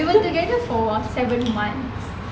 we were together for seven months